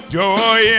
joy